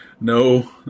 no